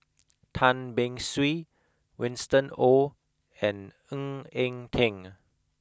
Tan Beng Swee Winston Oh and Ng Eng Teng